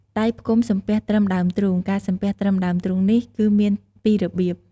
ដៃផ្គុំសំពះត្រឹមដើមទ្រូង ការសំពះត្រឹមដើមទ្រូងនេះ គឺមានពីររបៀប។